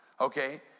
okay